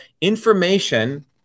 information